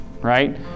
right